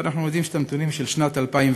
ואנחנו יודעים את הנתונים של שנת 2015,